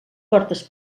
portes